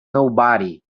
nobody